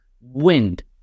wind